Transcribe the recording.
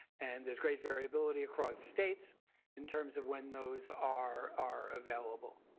and there is great variability across states in terms of when those are are available.